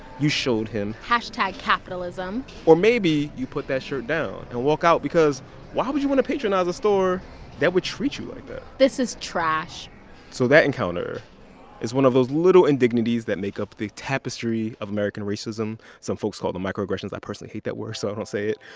you showed him hashtag capitalism or maybe you put that shirt down and walk out because why would you want to patronize a store that would treat you like that? this is trash so that encounter is one of those little indignities that make up the tapestry of american racism. some folks call them microaggressions. i personally hate that word so i don't say it.